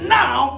now